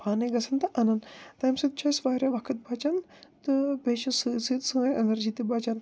پانَے گَژھان تہٕ اَنان تَمہِ سۭتۍ چھُ اَسہِ وارِیاہ وقت بچان تہٕ بیٚیہِ چھِ سۭتۍ سۭتۍ سٲنۍ اٮ۪نرجی تہِ بچان